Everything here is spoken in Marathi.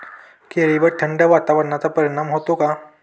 केळीवर थंड वातावरणाचा परिणाम होतो का?